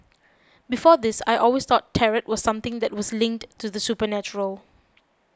before this I always thought Tarot was something that was linked to the supernatural